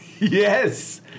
Yes